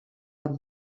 cap